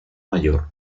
mayor